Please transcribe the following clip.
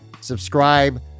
Subscribe